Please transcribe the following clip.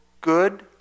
good